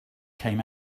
came